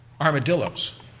armadillos